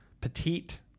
Petite